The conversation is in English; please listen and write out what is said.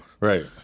Right